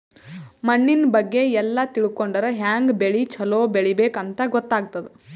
ಮಣ್ಣಿನ್ ಬಗ್ಗೆ ಎಲ್ಲ ತಿಳ್ಕೊಂಡರ್ ಹ್ಯಾಂಗ್ ಬೆಳಿ ಛಲೋ ಬೆಳಿಬೇಕ್ ಅಂತ್ ಗೊತ್ತಾಗ್ತದ್